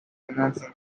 enhancing